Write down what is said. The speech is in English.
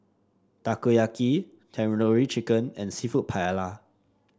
Takoyaki Tandoori Chicken and seafood Paella